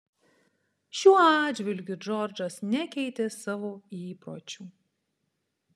šiuo atžvilgiu džordžas nekeitė savo įpročių